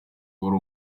wari